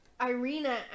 Irina